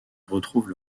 retrouvent